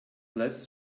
less